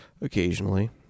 occasionally